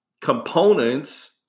components